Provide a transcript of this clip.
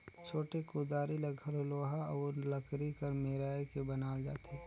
छोटे कुदारी ल घलो लोहा अउ लकरी ल मेराए के बनाल जाथे